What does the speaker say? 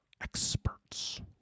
experts